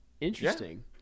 Interesting